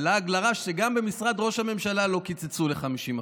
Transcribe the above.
הלעג לרש זה שגם במשרד ראש הממשלה לא קיצצו ל-50%.